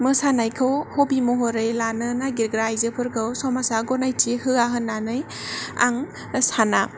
मोसानायखौ हबि महरै लानो नागिरग्रा आइजोफोरखौ समाजआ गनायथि होया होन्नानै आं साना